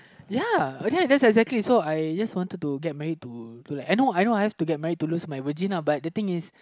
ya okay yes exactly so I just wanted to get married to to like I know I know I have to get married to lose my virgin lah but the thing is